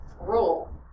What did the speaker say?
rule